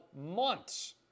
months